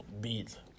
beat